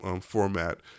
format